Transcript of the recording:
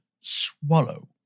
swallow